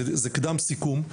זה קדם-סיכום,